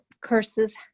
curses